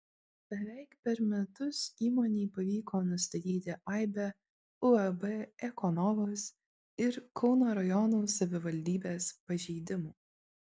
beveik per metus įmonei pavyko nustatyti aibę uab ekonovus ir kauno rajono savivaldybės pažeidimų